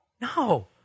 No